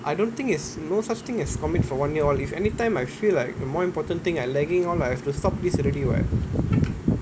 I don't think it's no such thing as commit for one year all if anytime I feel like the more important thing I lagging all like I have to stop these already [what]